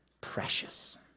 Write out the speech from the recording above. precious